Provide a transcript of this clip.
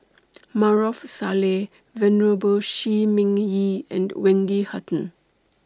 Maarof Salleh Venerable Shi Ming Yi and Wendy Hutton